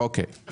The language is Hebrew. רוויזיה.